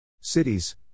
Cities